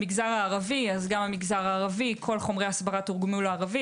המגזר הערבי כל חומרי ההסברה תורגמו לערבית.